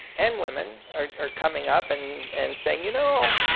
and women, are coming up and and saying you know,